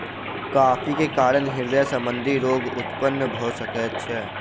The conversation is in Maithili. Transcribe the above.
कॉफ़ी के कारण हृदय संबंधी रोग उत्पन्न भअ सकै छै